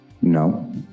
No